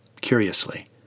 curiously